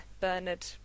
Bernard